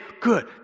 good